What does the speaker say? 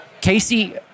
Casey